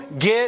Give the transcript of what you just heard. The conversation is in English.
get